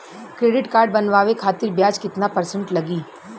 Credit card बनवाने खातिर ब्याज कितना परसेंट लगी?